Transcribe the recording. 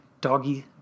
Doggy